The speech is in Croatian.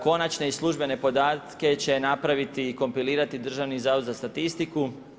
Konačne i službene podatke će napraviti i kompilirati Državni zavod za statistiku.